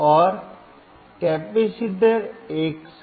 और कैपेसिटर एक साथ